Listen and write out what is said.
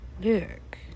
look